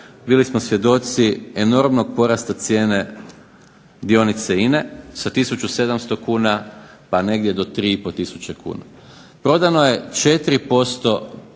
bili smo svjedoci enormnog porasta cijene dionice INA-e, sa tisuću 700 kuna, pa negdje do 3 i po tisuće kuna. Prodano je 4%